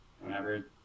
whenever